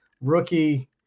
rookie